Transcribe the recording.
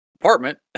apartment